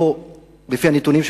לפי הנתונים,